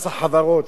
מס החברות,